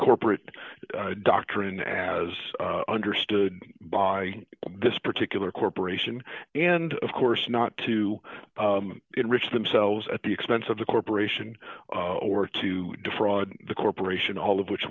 corporate doctrine as understood by this particular corporation and of course not to enrich themselves at the expense of the corporation or to defraud the corporation all of which